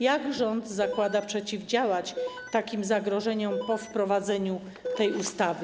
Jak rząd zamierza przeciwdziałać takim zagrożeniom po wprowadzeniu tej ustawy?